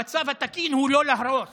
המצב התקין הוא לא להרוס